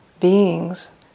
beings